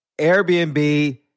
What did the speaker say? Airbnb